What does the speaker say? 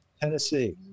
Tennessee